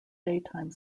daytime